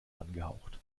angehaucht